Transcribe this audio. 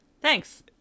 thanks